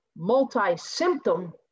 multi-symptom